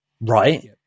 right